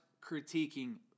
critiquing